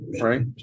right